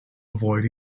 avoid